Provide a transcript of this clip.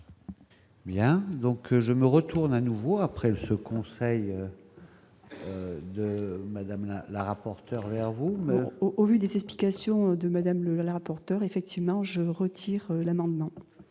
Bien, donc je me retourne à nouveau après ce conseil de Madame la la rapporteure vers vous. Au vu des explications de Madame le le rapporteur, effectivement je retire l'amendement.